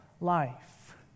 life